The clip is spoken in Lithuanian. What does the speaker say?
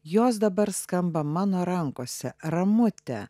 jos dabar skamba mano rankose ramute